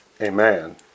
Amen